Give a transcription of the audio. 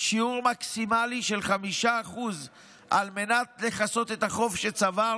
שיעור מקסימלי של 5% על מנת לכסות את החוב שצבר,